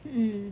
mm